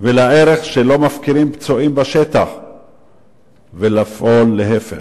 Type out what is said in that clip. ועל הערך שלא מפקירים פצועים בשטח ולפעול להיפך.